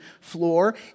floor